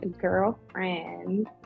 girlfriend